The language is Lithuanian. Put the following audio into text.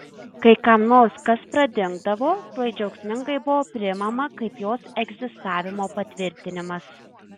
kai kam nors kas pradingdavo tuoj džiaugsmingai buvo priimama kaip jos egzistavimo patvirtinimas